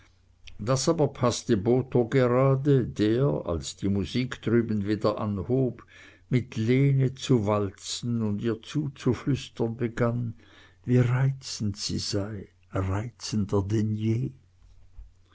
das aber paßte botho gerade der als die musik drüben wieder anhob mit lene zu walzen und ihr zuzuflüstern begann wie reizend sie sei reizender denn je